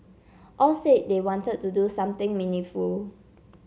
all said they wanted to do something meaningful